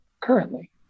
currently